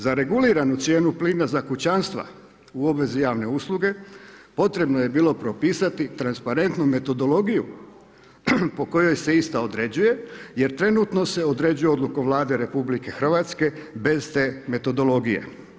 Za reguliranu cijenu plina za kućanstva u obvezi javne usluge, potrebno je bilo propisati transparentnu metodologiju po kojoj se ista određuje, jer trenutno se određuje odluka Vlade RH, bez te metodologije.